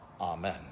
Amen